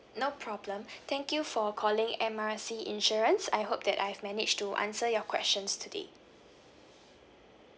no problem thank you for calling M R C insurance I hope that I've managed to answer your questions today